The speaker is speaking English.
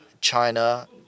China